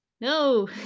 no